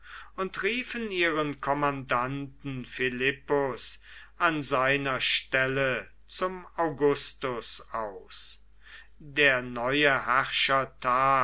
und riefen ihren kommandanten philippus an seiner stelle zum augustus aus der neue